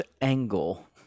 angle